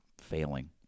failing